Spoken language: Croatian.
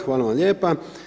Hvala vam lijepa.